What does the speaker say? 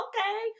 okay